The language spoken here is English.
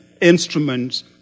instruments